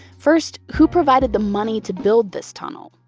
first, who provided the money to build this tunnel?